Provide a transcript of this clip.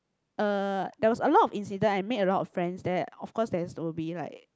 uh there was a lot of incident I made a lot of friends there of course there's will be like